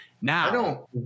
Now